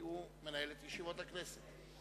כי הוא מנהל את ישיבות הכנסת.